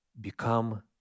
become